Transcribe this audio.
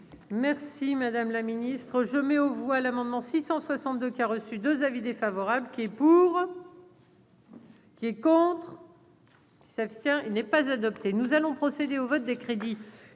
Merci madame la ministre, je mets aux voix l'amendement 662 qui a reçu 2 avis défavorables qui est pour. S'abstient, il n'est pas adopté, nous allons procéder au vote des crédits